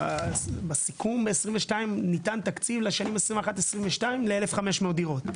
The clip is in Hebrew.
בסיכום ב-22 ניתן תקציב לשנים 21-22 ל-1,500 דירות.